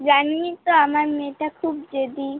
জানেনই তো আমার মেয়েটা খুব জেদি